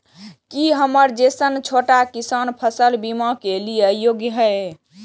की हमर जैसन छोटा किसान फसल बीमा के लिये योग्य हय?